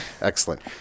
Excellent